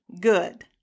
Good